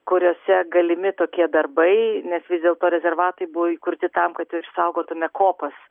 kuriose galimi tokie darbai nes vis dėlto rezervatai buvo įkurti tam kad išsaugotume kopas